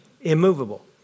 immovable